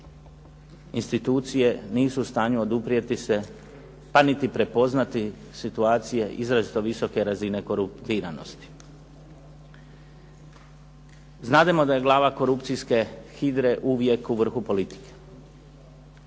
institucije nisu u stanju oduprijeti se pa niti prepoznati situacije izrazito visoke razine korumpiranosti. Znademo da je glava korupcije hidre uvijek u vrhu politike.